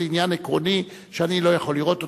עניין עקרוני שאני לא יכול לראות אותו.